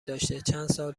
داشته، چندسال